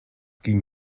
ging